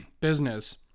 business